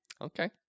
Okay